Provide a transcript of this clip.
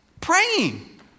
praying